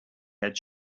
had